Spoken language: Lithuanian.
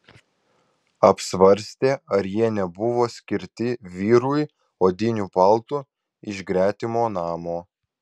apsvarstė ar jie nebuvo skirti vyrui odiniu paltu iš gretimo namo